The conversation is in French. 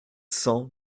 cents